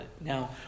Now